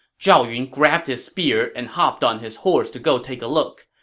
zhao yun grabbed his spear and hopped on his horse to go take look.